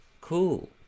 cool